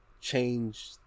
change